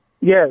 Yes